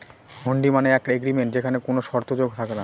হুন্ডি মানে এক এগ্রিমেন্ট যেখানে কোনো শর্ত যোগ থাকে না